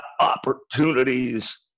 opportunities